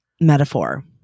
metaphor